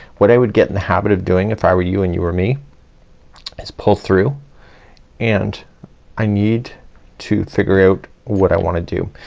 what i would get in the habit of doing if i were you and you were me is pull through and i need to figure out what i wanna do.